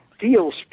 feels